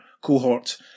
cohort